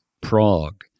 Prague